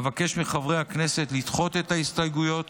אבקש מחברי הכנסת לדחות את ההסתייגויות,